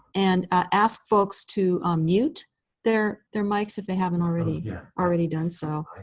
and ask folks to mute their their mics if they haven't already already done so.